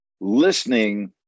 listening